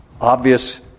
obvious